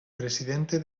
presidente